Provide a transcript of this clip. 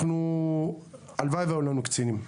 הלוואי והיו לנו קצינים.